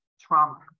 trauma